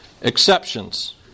exceptions